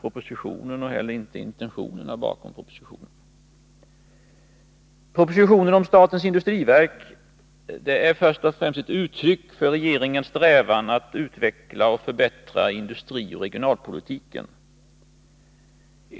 propositionen eller intentionerna bakom den. Propositionen om statens industriverk är först och främst ett uttryck för regeringens strävan att utveckla och förbättra industrioch regionalpolitiken.